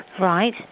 Right